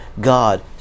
God